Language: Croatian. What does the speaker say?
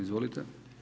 Izvolite.